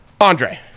Andre